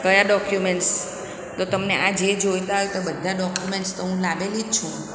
કયા ડોક્યુમેન્ટ્સ તો તમને આ જે જોઈતા હોય તો બધા ડોક્યુમેન્ટ્સ તો હું લાવેલી જ છું